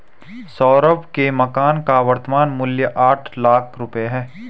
सौरभ के मकान का वर्तमान मूल्य आठ लाख रुपये है